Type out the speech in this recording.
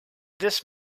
this